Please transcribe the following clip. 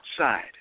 outside